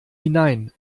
hinein